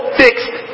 fixed